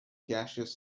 gaseous